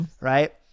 Right